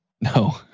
No